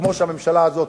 וכמו שהממשלה הזאת,